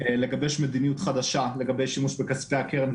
לגבש מדיניות חדשה לגבי שימוש בכספי הקרן,